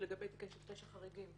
לגבי מקרי פשע חריגים.